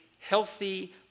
healthy